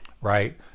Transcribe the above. right